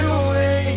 away